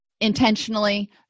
intentionally